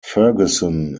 ferguson